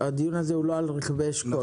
הדיון הזה הוא לא על רכבי אשכול.